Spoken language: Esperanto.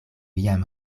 jam